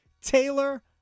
Taylor